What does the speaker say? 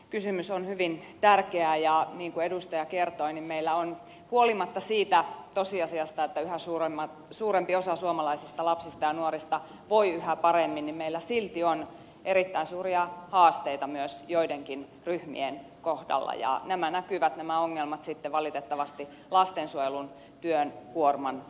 kysymys on hyvin tärkeä ja niin kuin edustaja kertoi niin huolimatta siitä tosiasiasta että yhä suurempi osa suomalaista lapsista ja nuorista voi yhä paremmin meillä silti on erittäin suuria haasteita myös joidenkin ryhmien kohdalla ja nämä ongelmat näkyvät sitten valitettavasti lastensuojelutyön kuorman kasvuna